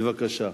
בבקשה.